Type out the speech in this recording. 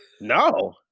No